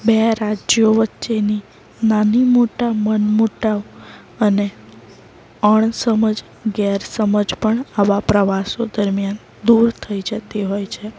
બે રાજ્યો વચ્ચેની નાની મોટા મનમોટાવ અને અણસમજ ગેરસમજ પણ આવા પ્રવાસો દરમ્યાન દૂર થઈ જતી હોય છે